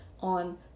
on